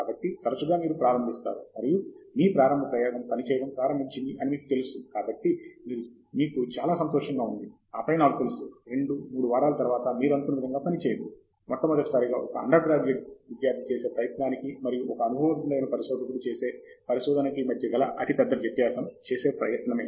కాబట్టి తరచుగా మీరు ప్రారంభిస్తారు మరియు మీ ప్రారంభ ప్రయోగం పనిచేయడం ప్రారంభించింది అని మీకు తెలుసు కాబట్టి మీకు చాలా సంతోషంగా ఉంది ఆపై నాకు తెలుసు రెండు మూడు వారాల తర్వాత మీరనుకున్న విధంగా పని చేయదు మొట్టమొదటిసారిగా ఒక అండర్ గ్రాడ్యుయేట్ విద్యార్ధి చేసే ప్రయత్నానికి మరియు ఒక అనుభవజ్ఞుడైన పరిశోధకుడు చేసే పరిశోధనకి మధ్య గల అతి పెద్ద వ్యత్యాసం చేసే ప్రయత్నమే